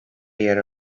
yer